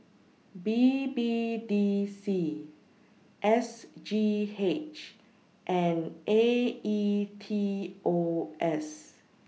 B B D C S G H and A E T O S